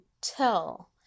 tell